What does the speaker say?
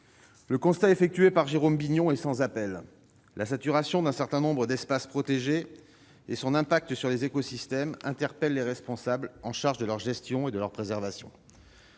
Le constat de Jérôme Bignon est sans appel : la saturation d'un certain nombre d'espaces protégés et son impact sur les écosystèmes interpellent les responsables de leur gestion et de leur préservation.